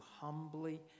humbly